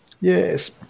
Yes